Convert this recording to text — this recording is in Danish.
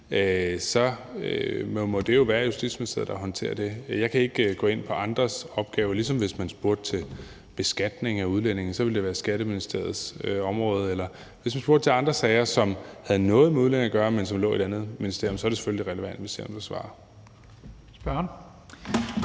må det jo være Justitsministeriet, der håndterer det. Jeg kan ikke gå ind på andres opgaver. Hvis man spurgte til beskatning af udlændinge, ville det være Skatteministeriets område, og hvis man spurgte til andre sager, som havde noget med udlændinge at gøre, men som lå i et andet ministerium, er det selvfølgelig det relevante ministerium, der svarer.